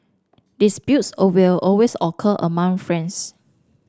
disputes will always occur among friends